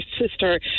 sister